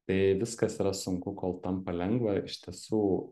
tai viskas yra sunku kol tampa lengva iš tiesų